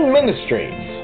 Ministries